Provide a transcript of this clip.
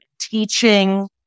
teaching